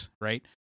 right